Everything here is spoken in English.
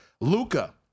Luca